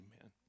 amen